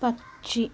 പക്ഷി